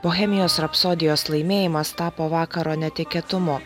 bohemijos rapsodijos laimėjimas tapo vakaro netikėtumu